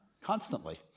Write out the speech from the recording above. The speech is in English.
Constantly